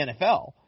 NFL